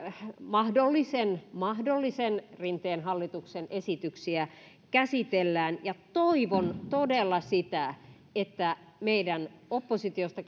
mahdollisen mahdollisen rinteen hallituksen esityksiä käsitellään ja toivon todella sitä että meidän oppositiosta